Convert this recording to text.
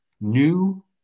new